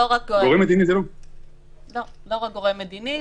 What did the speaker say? לא רק גורם מדיני.